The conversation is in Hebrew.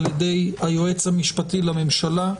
ע"י היועץ המשפטי לממשלה.